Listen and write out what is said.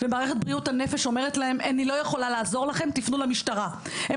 וזו אומרת להם: "אני לא יכולה לעזור לכם; תפנו למשטרה"; הם